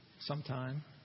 sometime